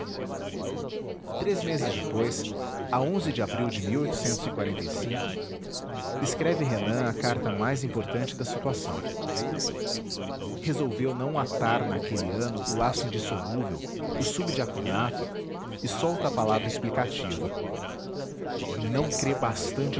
três meses depois a de abril de escreve renan a carta mais importante da situação resolveu não atar naquele ano o laço indissolúvel o subdiaconato e solta a palavra explicativa não crê bastante